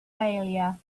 failure